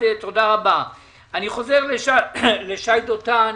חוזר לשי דותן.